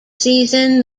season